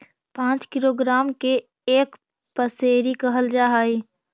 पांच किलोग्राम के एक पसेरी कहल जा हई